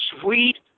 sweet